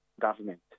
government